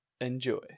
enjoy